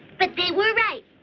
but they were right.